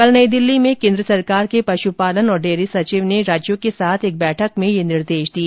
कल दिल्ली में केन्द्र सरकार के पशुपालन और डेयरी सचिव ने राज्यों के साथ एक बैठक में यह निर्देश दिए